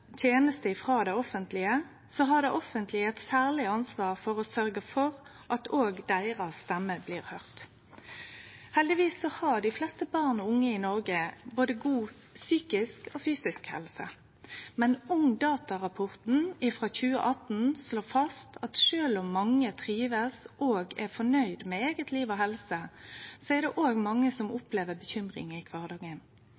det offentlege, har det offentlege eit særleg ansvar for å sørgje for at òg deira stemme blir høyrt. Heldigvis har dei fleste barn og unge i Noreg god både psykisk og fysisk helse, men Ungdata-rapporten frå 2018 slår fast at sjølv om mange trivst og er fornøgde med eige liv og helse, er det òg mange som